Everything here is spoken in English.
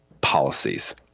policies